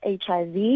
HIV